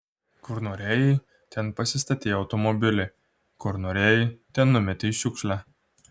kur norėjai ten pasistatei automobilį kur norėjai ten numetei šiukšlę